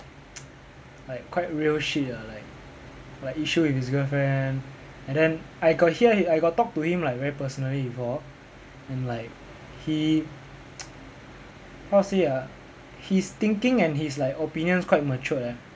like quite real shit ah like like issue with his girlfriend and then I got hear he I got talk to him like very personally before and like he how say ah his thinking and his like opinions quite matured leh